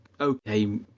okay